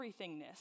everythingness